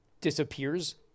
disappears